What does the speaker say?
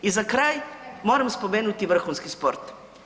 I za kraj moram spomenuti vrhunski sport.